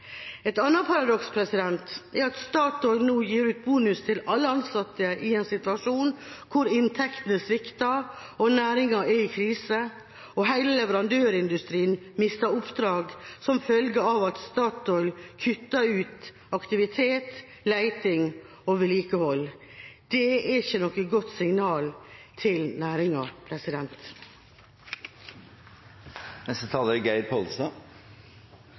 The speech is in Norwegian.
Et annet paradoks er at Statoil nå gir ut bonus til alle ansatte, i en situasjon hvor inntektene svikter og næringen er i krise og hele leverandørindustrien mister oppdrag som følge av at Statoil kutter ut aktivitet, leting og vedlikehold. Det er ikke noe godt signal til næringen. Det gjer vondt i olja no. Det er